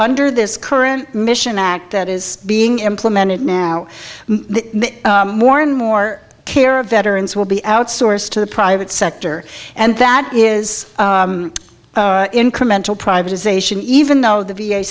under this current mission act that is being implemented now more and more care of veterans will be outsourced to the private sector and that is incremental privatization even though the v